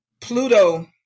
Pluto